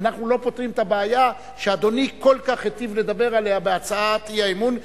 אנחנו לא פותרים את הבעיה שאדוני כל כך הטיב לדבר עליה בהצעת האי-אמון,